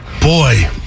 Boy